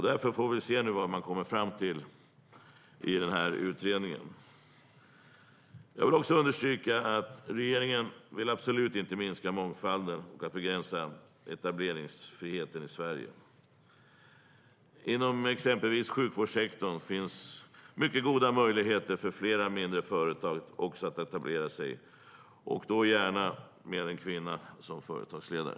Därför får vi se vad man nu kommer fram till i den här utredningen. Jag vill också understryka att regeringen absolut inte vill minska mångfalden och begränsa etableringsfriheten i Sverige. Inom exempelvis sjukvårdssektorn finns mycket goda möjligheter för fler mindre företag att etablera sig, och då gärna med en kvinna som företagsledare.